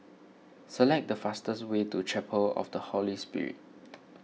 select the fastest way to Chapel of the Holy Spirit